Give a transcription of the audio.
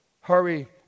hurry